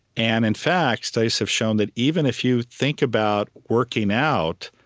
and in fact, studies have shown that even if you think about working out,